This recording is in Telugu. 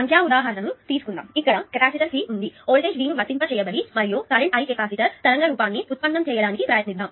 సంఖ్యా ఉదాహరణను తీసుకుందాం ఇక్కడ కెపాసిటర్ C ఉంది వోల్టేజ్ V ను వర్తింప చేయండి మరియు కరెంట్ I కెపాసిటర్ తరంగ రూపాన్ని ఉత్పన్నం చేయడానికి ప్రయత్నిద్దాము